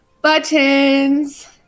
Buttons